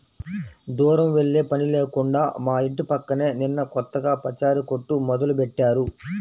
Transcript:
దూరం వెళ్ళే పని లేకుండా మా ఇంటి పక్కనే నిన్న కొత్తగా పచారీ కొట్టు మొదలుబెట్టారు